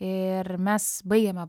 ir mes baigėme